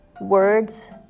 Words